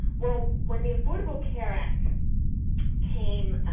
well, when the affordable care act came,